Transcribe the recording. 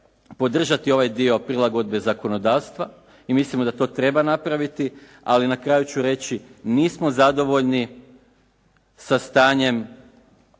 podržati ovaj dio prilagodbe zakonodavstva i mislimo da to treba napraviti, ali na kraju ću reći nismo zadovoljni sa stanjem